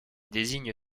désigne